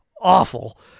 awful